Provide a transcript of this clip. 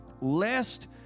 lest